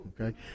okay